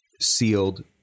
sealed